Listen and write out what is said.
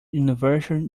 universal